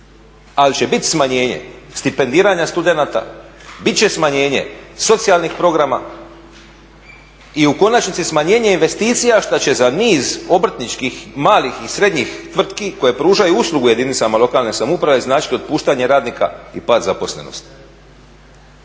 ali će biti smanjenje stipendiranja studenata, bit će smanjenje socijalnih programa i u konačnici smanjenje investicija što će za niz obrtničkih malih i srednjih tvrtki koje pružaju uslugu jedinicama lokalne samouprave značiti otpuštanje radnika i pad zaposlenosti.